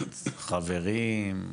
חברים,